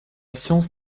science